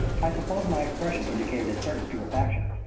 i suppose my expression indicated a certain stupefaction,